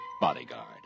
bodyguard